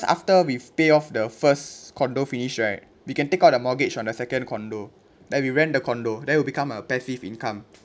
after we pay off the first condo finish right we can take out a mortgage on the second condo then we rent the condo then it will become a passive income